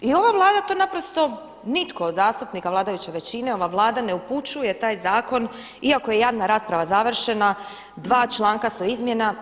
I ova Vlada to naprosto, nitko od zastupnika vladajuće većina, ova Vlada ne upućuje taj zakon iako je javna rasprava završena, dva članka su izmijenjena.